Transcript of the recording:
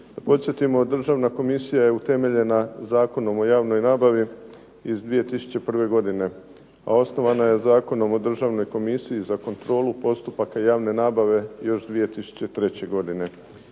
Podsjetimo, Državna komisija je utemeljena Zakonom o javnoj nabavi iz 2001. godine a osnovana je Zakonom o Državnoj komisiji za kontrolu postupaka javne nabave još 2003. godine.